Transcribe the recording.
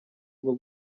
bwo